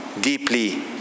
deeply